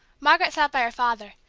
margaret sat by her father,